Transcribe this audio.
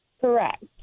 Correct